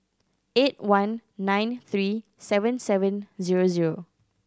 eight one nine three seven seven zero zero